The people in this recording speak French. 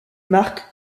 marques